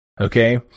Okay